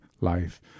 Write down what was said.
life